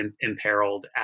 imperiled